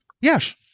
Yes